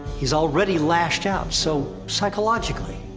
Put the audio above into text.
he's already lashed out, so, psychologically,